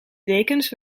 dekens